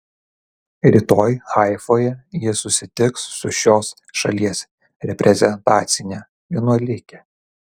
rytoj haifoje ji susitiks su šios šalies reprezentacine vienuolike